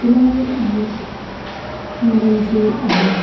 Dilawar Ahmad Manzoor Ahmad